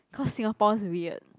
cause Singapore's weird